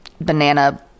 banana